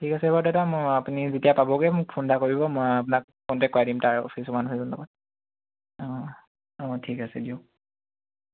ঠিক আছে বাৰু দাদা মই আপুনি যেতিয়া পাবগে মোক ফোন এটা কৰিব মই আপোনাক কণ্টেক কৰাই দিম তাৰ অঁ অঁ ঠিক আছে দিয়ক